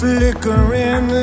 Flickering